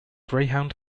greyhound